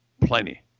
Plenty